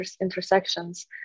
intersections